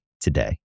today